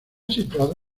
situado